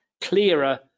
clearer